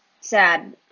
sad